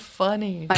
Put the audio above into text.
funny